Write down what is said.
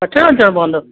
वठणु अचणो पवंदो